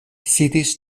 sidis